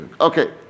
okay